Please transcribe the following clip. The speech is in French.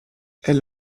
elle